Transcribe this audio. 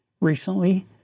recently